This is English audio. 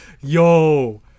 Yo